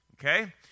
okay